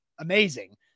amazing